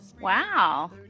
Wow